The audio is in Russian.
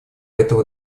этого